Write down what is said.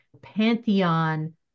pantheon